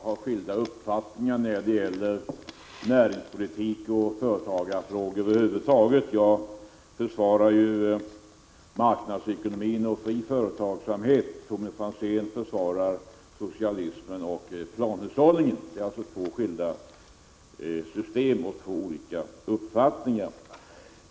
Herr talman! Det är ganska naturligt att Tommy Franzén och jag har skilda uppfattningar när det gäller näringspolitik och företagarfrågor över huvud taget. Jag försvarar marknadsekonomin och fri företagsamhet, medan Tommy Franzén försvarar socialism och planhushållning. Det är alltså två skilda system och två olika uppfattningar.